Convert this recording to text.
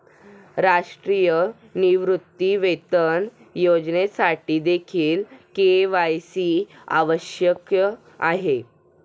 राष्ट्रीय निवृत्तीवेतन योजनेसाठीदेखील के.वाय.सी आवश्यक आहे